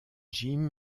jim